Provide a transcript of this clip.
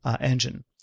engine